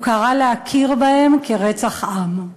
קרא להכיר בהן כרצח עם.